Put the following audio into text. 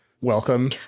welcome